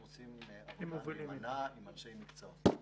הם עושים עבודה נאמנה עם אנשי מקצוע.